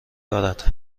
دارد